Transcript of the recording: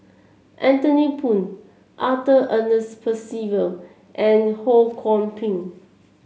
Anthony Poon Arthur Ernest Percival and Ho Kwon Ping